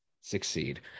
succeed